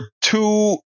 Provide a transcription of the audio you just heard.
two